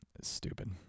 stupid